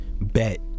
bet